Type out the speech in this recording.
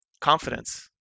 confidence